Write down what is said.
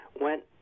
went